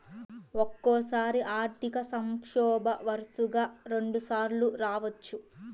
ఒక్కోసారి ఆర్థిక సంక్షోభం వరుసగా రెండుసార్లు రావచ్చు